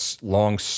long